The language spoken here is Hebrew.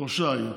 שלושה היו.